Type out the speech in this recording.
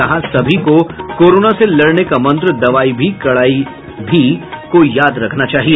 कहा सभी को कोरोना से लड़ने का मंत्र दवाई भी कड़ाई भी को याद रखना चाहिए